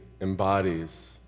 embodies